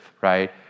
Right